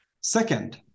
Second